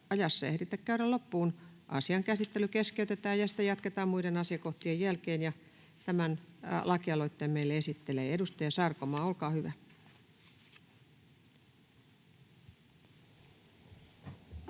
ajassa ehditä käydä loppuun, asian käsittely keskeytetään ja sitä jatketaan muiden asiakohtien jälkeen. — Tämän lakialoitteen meille esittelee edustaja Sarkomaa, olkaa hyvä.